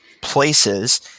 places